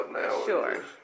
Sure